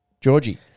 Georgie